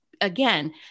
again